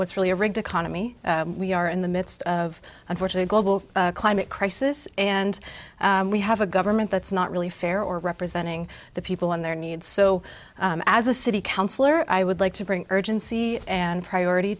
what's really a rigged economy we are in the midst of unfortunate global climate crisis and we have a government that's not really fair or representing the people on their needs so as a city councillor i would like to bring urgency and priority